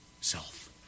self